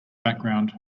background